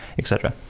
etc.